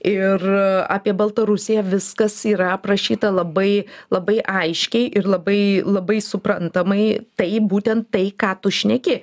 ir apie baltarusiją viskas yra aprašyta labai labai aiškiai ir labai labai suprantamai tai būtent tai ką tu šneki